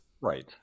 Right